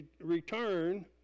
return